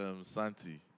Santi